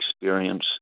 experience